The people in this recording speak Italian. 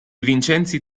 vincenzi